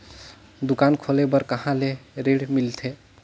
दुकान खोले बार कहा ले ऋण मिलथे?